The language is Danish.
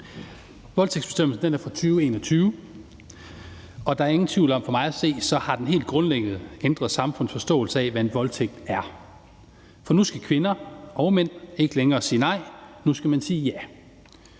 Voldtægtsbestemmelsen er fra 2021, og der er ingen tvivl for mig at se om, at den helt grundlæggende har ændret samfundsforståelsen af, hvad en voldtægt er. For nu skal kvinder og mænd ikke længere sige nej, nu skal man sige ja.